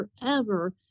forever